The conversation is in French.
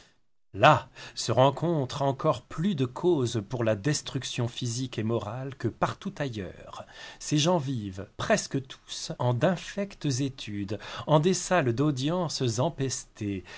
là se rencontrent encore plus de causes pour la destruction physique et morale que partout ailleurs ces gens vivent presque tous en d'infectes études en des salles d'audiences empestées